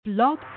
blog